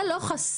לא,